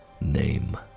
name